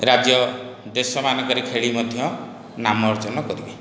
ରାଜ୍ୟ ଦେଶ ମାନଙ୍କରେ ଖେଳି ମଧ୍ୟ ନାମ ଅର୍ଜନ କରିବେ